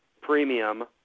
premium